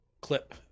clip